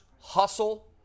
hustle